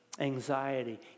Anxiety